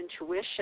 intuition